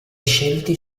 scelti